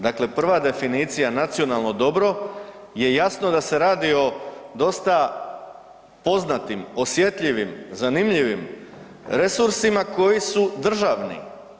Dakle, prva definicija nacionalno dobro je jasno da se radi o dosta poznatim osjetljivim, zanimljivim resursima koji su državni.